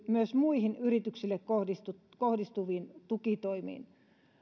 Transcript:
myös muihin yrityksille kohdistuviin kohdistuviin tukitoimiin